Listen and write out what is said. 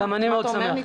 גם אני מאוד שמח.